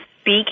speak